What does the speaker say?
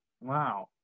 Wow